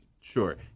sure